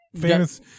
famous